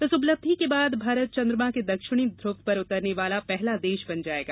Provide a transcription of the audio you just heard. इस उपलब्धि के बाद भारत चंद्रमा के दक्षिणी ध्रव पर उतरने वाला पहला देश बन जाएगा